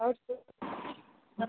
হ্যাঁ